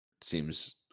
Seems